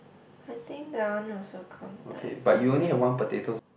I think that one also counted for mine